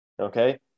Okay